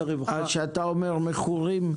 כשאתה מדבר על 12 אלף מכורים,